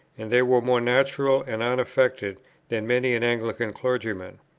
and they were more natural and unaffected than many an anglican clergyman.